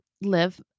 live